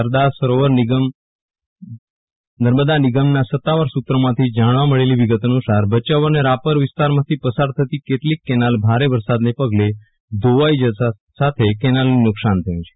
સરદાર સરોવર નર્મદા નિગમના સતાવાર સુત્રોમાંથી જાણવા મળેલી વિગત અનુસાર ભયાઉ અને રાપર વિસ્તારમાંથી પસાર થતી કેટલીક કેનાલ ભારે વરસાદને પગલે ધોવાઈ જવા સાથે કેનાલને નુકસાન થયુ છે